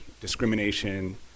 discrimination